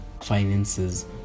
finances